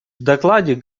докладе